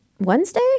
Wednesday